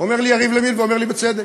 אומר לי יריב לוין, ואומר לי בצדק: